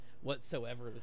Whatsoever